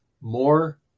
more